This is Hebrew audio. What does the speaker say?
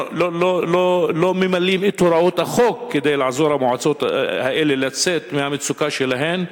ולא ממלאים את הוראות החוק כדי לעזור למועצות האלה לצאת מהמצוקה שלהן,